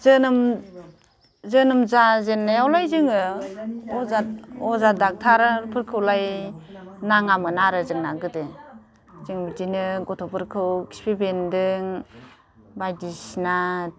जोनोम जोनोम जाजेननायावलाय जोङो अजा डक्ट'रफोरखौलाय नाङामोन आरो जोंना गोदो जों बिदिनो गथ'फोरखौ खिफि बेनदों बायदिसिना